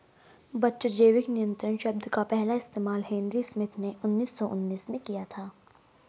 बच्चों जैविक नियंत्रण शब्द का पहला इस्तेमाल हेनरी स्मिथ ने उन्नीस सौ उन्नीस में किया था